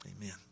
Amen